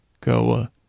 Goa